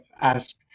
ask